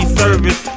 service